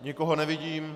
Nikoho nevidím.